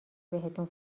بهتون